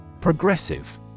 Progressive